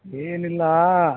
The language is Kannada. ಏನಿಲ್ಲ